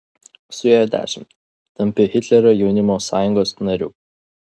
suėjo dešimt tampi hitlerio jaunimo sąjungos nariu